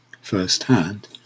firsthand